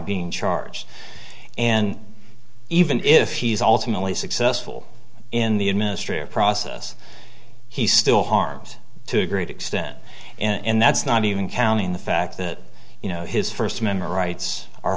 being in charge and even if he's alternately successful in the administrative process he still harms to a great extent and that's not even counting the fact that you know his first amendment rights are